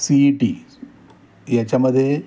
C E T याच्यामध्ये